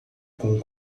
com